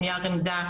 או נייר עמדה,